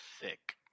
Sick